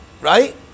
right